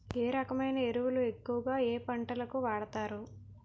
ఏ రకమైన ఎరువులు ఎక్కువుగా ఏ పంటలకు వాడతారు?